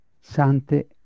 sante